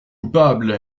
coupable